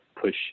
push